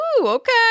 Okay